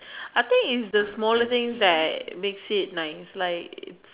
I think it's the smaller things that makes it nice like